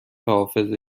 حافظه